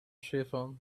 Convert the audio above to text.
schäfer